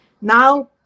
now